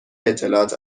اطلاعات